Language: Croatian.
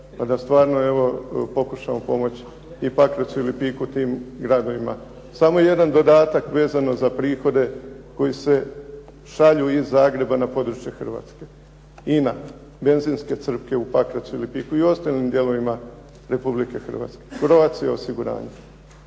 pa da stvarno, evo pokušamo pomoći i Pakracu i Lipiku tim građanima. Samo jedan dodatak vezano za prihode koji se šalju iz Zagreba na područja Hrvatske. INA, benzinske crpke u Pakracu i Lipiku i ostalim dijelovima Republike Hrvatske, Croatia osiguranje,